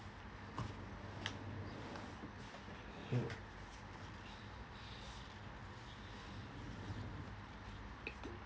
mm